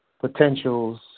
potentials